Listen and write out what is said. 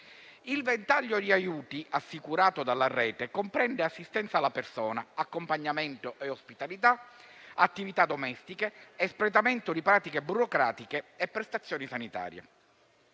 Il ventaglio di aiuti assicurato dalla rete comprende assistenza alla persona, accompagnamento e ospitalità, attività domestiche, espletamento di pratiche burocratiche e prestazioni sanitarie.